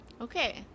okay